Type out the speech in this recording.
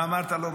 מה אמרת לו?